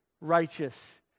righteous